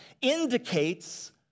indicates